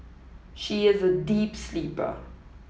she is a deep sleeper